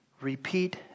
repeat